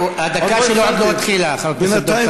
הדקה שלו עוד לא התחילה, חבר הכנסת דב